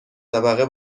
طبقه